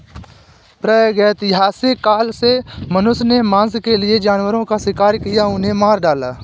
प्रागैतिहासिक काल से मनुष्य ने मांस के लिए जानवरों का शिकार किया, उन्हें मार डाला